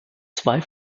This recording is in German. zwei